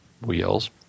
wheels